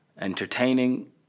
Entertaining